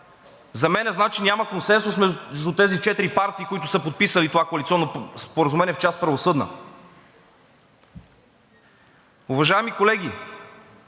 За мен значи, че няма консенсус между тези четири партии, които са подписали това коалиционно споразумение, в част „Правосъдна“. Уважаеми колеги,